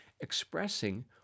expressing